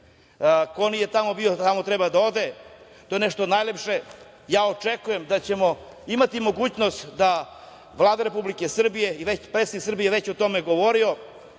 Ko nije tamo bio, treba da ode. To je nešto najlepše. Ja očekujem da ćemo imati mogućnost da Vlada Republike Srbije, predsednik Srbije je već o tome govorio,